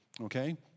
Okay